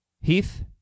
Heath